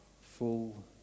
full